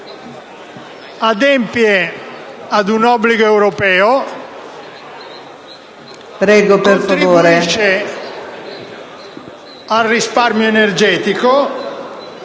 adempie ad un obbligo europeo, contribuisce al risparmio energetico,